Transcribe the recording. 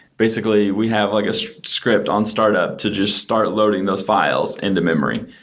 basically, we have like a so script on startup to just start loading those files into memory.